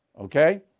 okay